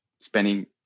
spending